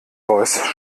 voice